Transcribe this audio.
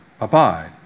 abide